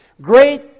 Great